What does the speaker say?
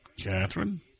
Catherine